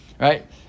right